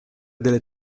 delle